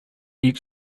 each